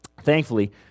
Thankfully